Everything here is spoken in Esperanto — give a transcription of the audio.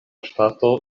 ŝtato